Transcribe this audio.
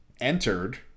entered